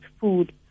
food